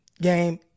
game